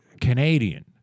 Canadian